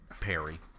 Perry